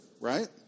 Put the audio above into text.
right